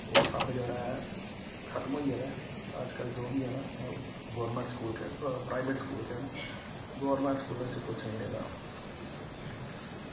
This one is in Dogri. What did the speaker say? ओह् सब जेह्ड़ा ऐ खतम होई गेदा ऐ अजकल्ल जो बी हैन ओह् गौरमेंट स्कूल गै ओह् प्राईवेट स्कूल गै न गौरमेंट स्कूलें च किश निं रेह्दा